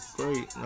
great